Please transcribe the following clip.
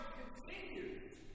continues